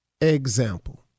Example